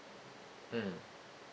mm